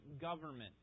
government